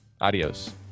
Adios